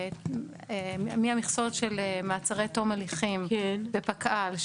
מהמכסות של מעצרי תום הליכים בפקה"ר,